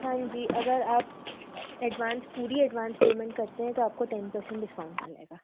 हाँ जी अगर आप एडवांस पूरा एडवांस पेमेंट करते हैं तो आपको टेन पर्सेंट डिस्काउंट मिलेगा